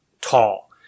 tall